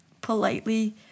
politely